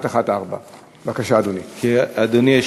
114. בבקשה, אדוני.